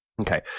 Okay